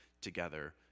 together